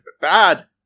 Bad